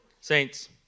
Saints